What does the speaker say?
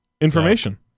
Information